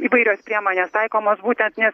įvairios priemonės taikomos būtent nes